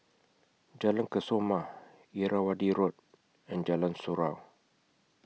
Jalan Kesoma Irrawaddy Road and Jalan Surau